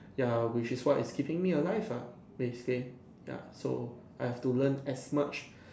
ya which is what is keeping me alive lah basically ya so I have to learn as much